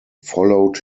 followed